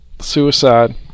suicide